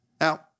Now